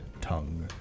tongue